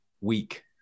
week